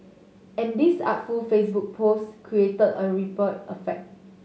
and this artful Facebook post created a ripple effect